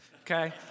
okay